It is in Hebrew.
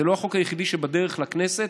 זה לא החוק היחידי שבדרך לכנסת,